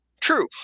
true